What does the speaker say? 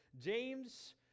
James